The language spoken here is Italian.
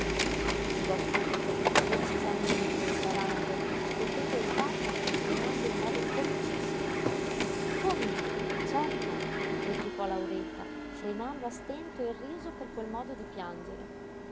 negò subito recisamente la lander scotendo il capo e frignando in modo comicissimo come no certo replicò lauretta frenando a stento il riso per quel modo di piangere